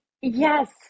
Yes